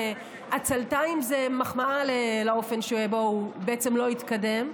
עצלתיים זו מחמאה לאופן שבו הוא בעצם לא התקדם.